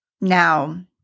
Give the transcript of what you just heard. Now